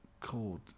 called